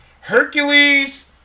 Hercules